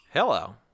Hello